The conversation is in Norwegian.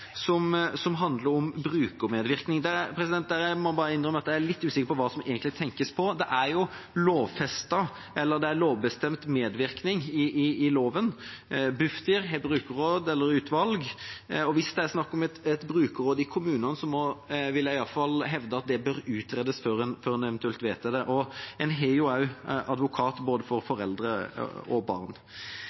som handler om brukermedvirkning: Der må jeg bare innrømme at jeg er litt usikker på hva det egentlig tenkes på. Det er jo lovbestemt medvirkning. Bufdir har brukerråd, eller utvalg. Hvis det er snakk om et brukerråd i kommunene, vil jeg iallfall hevde at det bør utredes før en eventuelt vedtar det. En har også advokat for både foreldre og barn.